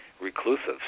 reclusive